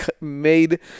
made